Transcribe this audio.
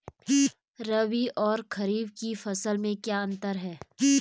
रबी और खरीफ की फसल में क्या अंतर है?